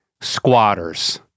squatters